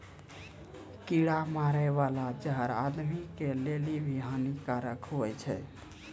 कीड़ा मारै बाला जहर आदमी के लेली भी हानि कारक हुवै छै